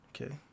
okay